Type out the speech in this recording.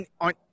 on